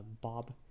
bob